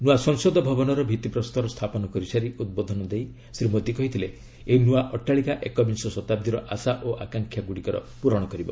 ନୂଆ ସଂସଦ ଭବନର ଭିତ୍ତି ପ୍ରସ୍ତର ସ୍ଥାପନ କରିସାରି ଉଦ୍ବୋଧନ ଦେଇ ଶ୍ରୀ ମୋଦୀ କହିଛନ୍ତି ଏହି ନୂଆ ଅଟ୍ଟାଳିକା ଏକବିଂଶ ଶତାବ୍ଦୀର ଆଶା ଓ ଆକାଂକ୍ଷାଗୁଡ଼ିକର ପୂରଣ କରିବ